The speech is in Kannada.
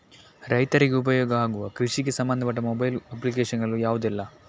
ರೈತರಿಗೆ ಉಪಯೋಗ ಆಗುವ ಕೃಷಿಗೆ ಸಂಬಂಧಪಟ್ಟ ಮೊಬೈಲ್ ಅಪ್ಲಿಕೇಶನ್ ಗಳು ಯಾವುದೆಲ್ಲ?